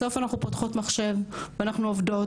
בסוף אנחנו פותחות מחשב ואנחנו עובדות